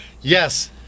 Yes